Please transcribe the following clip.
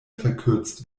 verkürzt